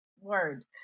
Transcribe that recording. word